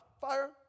fire